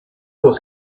wars